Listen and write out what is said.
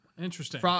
Interesting